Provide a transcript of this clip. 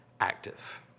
active